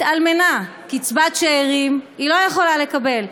התאלמנה, קצבת שאירים היא לא יכולה לקבל.